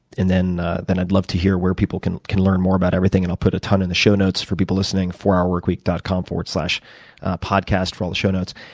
and then then i'd love to hear where people can can learn more about everything and i'll put a ton in the show notes for people listening, fourhourworkweek dot com slash podcast for all the show notes.